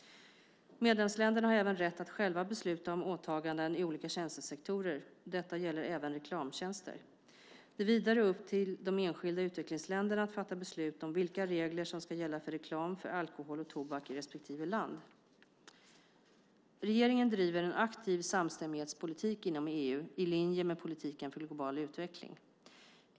Medlemsländerna har även rätt att själva besluta om åtaganden i olika tjänstesektorer, och detta gäller även reklamtjänster. Det är vidare upp till de enskilda utvecklingsländerna att fatta beslut om vilka regler som ska gälla för reklam för alkohol och tobak i respektive land. Regeringen driver en aktiv samstämmighetspolitik inom EU, i linje med politiken för global utveckling.